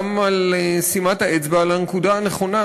גם על שימת האצבע על הנקודה הנכונה,